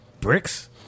bricks